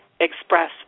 express